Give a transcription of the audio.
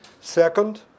Second